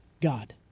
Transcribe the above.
God